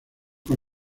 con